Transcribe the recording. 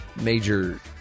major